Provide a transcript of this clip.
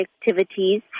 activities